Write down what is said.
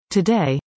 Today